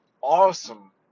awesome